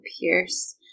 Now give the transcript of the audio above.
Pierce